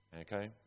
Okay